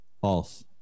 False